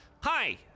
Hi